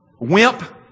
Wimp